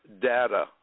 data